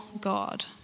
God